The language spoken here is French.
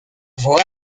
voix